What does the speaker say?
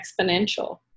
exponential